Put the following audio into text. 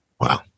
Wow